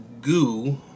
goo